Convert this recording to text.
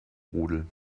rudel